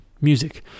music